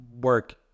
work